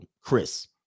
Chris